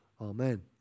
Amen